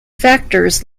factors